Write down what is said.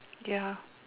ya